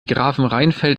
grafenrheinfeld